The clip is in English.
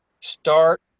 start